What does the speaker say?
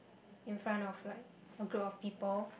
in front of like a group of people